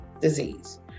disease